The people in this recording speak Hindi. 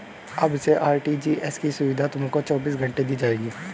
अब से आर.टी.जी.एस की सुविधा तुमको चौबीस घंटे दी जाएगी